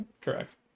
Correct